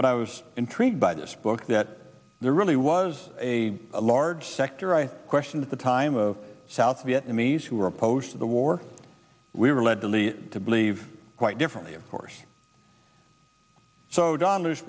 but i was intrigued by this book that there really was a large sector i questioned at the time of south vietnamese who were opposed to the war we were led to lead to believe quite differently of course so d